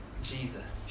Jesus